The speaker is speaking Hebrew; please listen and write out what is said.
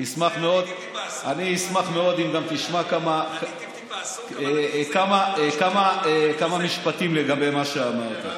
אשמח מאוד אם גם תשמע כמה משפטים לגבי מה שאמרת.